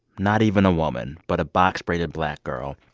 not even a woman, but a box-braided black girl